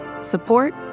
support